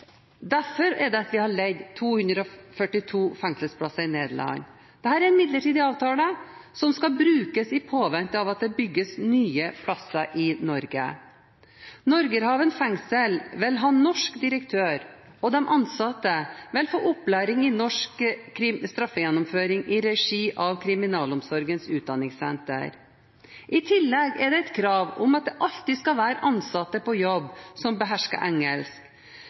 Derfor leier vi 242 fengselsplasser i Nederland. Dette er en midlertidig avtale, i påvente av at det bygges nye plasser i Norge. Norgerhaven fengsel vil ha norsk direktør, og de ansatte vil få opplæring i norsk straffegjennomføring, i regi av Kriminalomsorgens utdanningssenter. I tillegg er det et krav om at det alltid skal være ansatte på jobb som behersker engelsk.